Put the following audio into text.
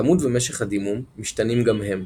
כמות ומשך הדימום משתנים גם הם.